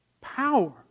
power